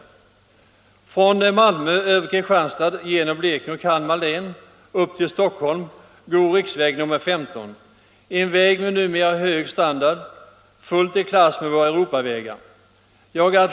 Riksväg 15 går från Malmö över Kristianstad genom Blekinge och Kalmar län upp till Stockholm. Det är en väg som numera är av hög standard, fullt i klass med våra Europavägar.